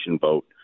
vote